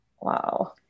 Wow